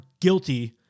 guilty